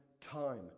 time